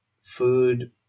food